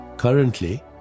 Currently